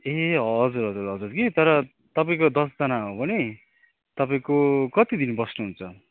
ए हजुर हजुर हजुर कि तर तपाईँको दसजना हो भने तपाईँको कति दिन बस्नुहुन्छ